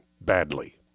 badly